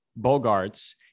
Bogarts